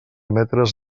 metres